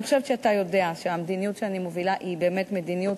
אני חושבת שאתה יודע שהמדיניות שאני מובילה היא באמת מדיניות